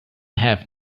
have